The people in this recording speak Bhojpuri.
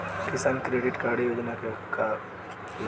किसान क्रेडिट कार्ड योजना के का का लाभ ह?